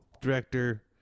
director